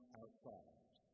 outside